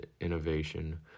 innovation